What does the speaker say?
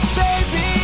baby